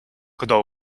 cadeau